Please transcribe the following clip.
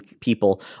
people